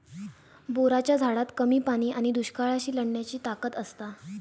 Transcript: बोराच्या झाडात कमी पाणी आणि दुष्काळाशी लढण्याची ताकद असता